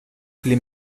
pli